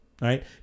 right